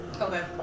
Okay